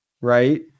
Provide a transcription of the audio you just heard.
right